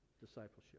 discipleship